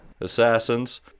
assassins